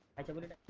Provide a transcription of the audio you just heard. activities